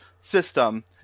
system